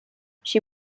she